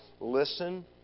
listen